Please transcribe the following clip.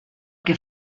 que